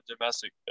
domestic